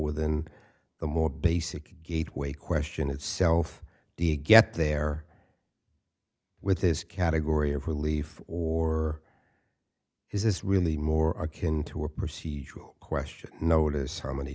within the more basic gateway question itself to get there with this category of relief or is this really more akin to a procedural question notice how many